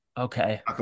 okay